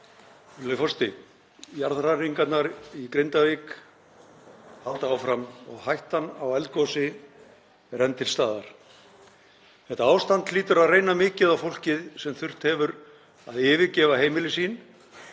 Þetta ástand hlýtur að reyna mikið á fólkið sem þurft hefur að yfirgefa heimili sín